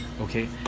Okay